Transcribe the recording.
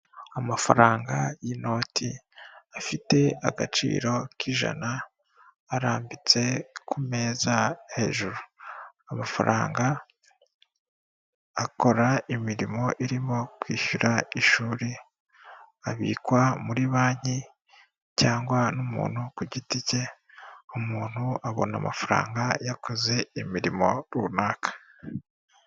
Amafaranga y'inoti afite agaciro k'ijana arambitse ku meza hejuru, amafaranga akora imirimo irimo kwishyura ishuri, abikwa muri banki cyangwa n'umuntu ku giti cye umuntu abona amafaranga yakoze imirimo runaka.